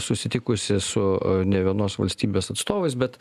susitikusi su nė vienos valstybės atstovais bet